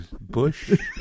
bush